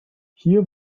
hier